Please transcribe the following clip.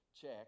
check